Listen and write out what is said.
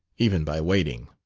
even by waiting.